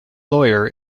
lawyer